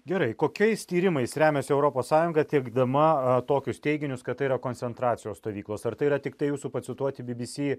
gerai kokiais tyrimais remiasi europos sąjunga teikdama tokius teiginius kad tai yra koncentracijos stovyklos ar tai yra tiktai jūsų pacituoti bbc